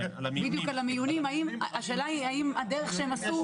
זה בעצם המודל שאנחנו מציעים,